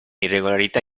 irregolarità